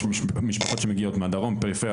יש משפחות שמגיעות מהדרום פריפריה,